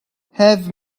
have